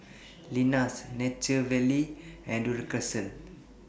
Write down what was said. Lenas Nature Valley and Duracell